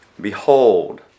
Behold